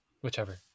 Whichever